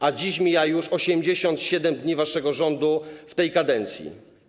A dziś mija już 87 dni waszych rządów w tej kadencji.